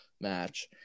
match